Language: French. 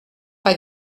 pas